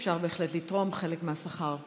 אפשר בהחלט לתרום חלק מהשכר,